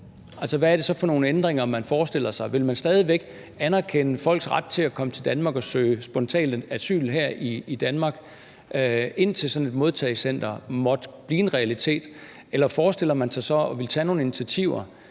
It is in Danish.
Hvad er det så for nogen ændringer, man forestiller sig? Vil man stadig anerkende folks ret til at komme til Danmark og spontant søge asyl her i Danmark, indtil sådan et modtagecenter måtte blive en realitet, eller forestiller man sig at ville tage nogen initiativer,